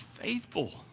faithful